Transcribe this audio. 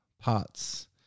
parts